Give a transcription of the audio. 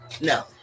no